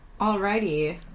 Alrighty